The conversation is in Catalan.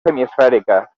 semiesfèrica